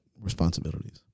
responsibilities